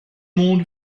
monde